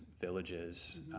villages